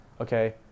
okay